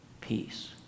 peace